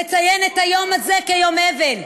לציין את היום הזה כיום אבל.